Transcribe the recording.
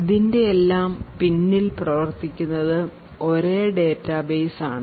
ഇതിന്റെ എല്ലാം പിന്നിൽ പ്രവർത്തിക്കുന്നത് ഒരേ ഡാറ്റാബേസ് ആണ്